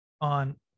on